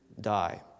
die